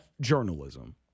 journalism